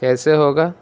کیسے ہوگا